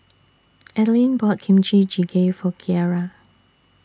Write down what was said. Adelyn bought Kimchi Jjigae For Kyara